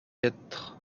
être